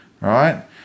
Right